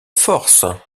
force